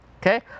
okay